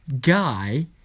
guy